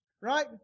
Right